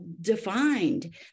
defined